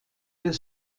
des